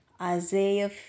Isaiah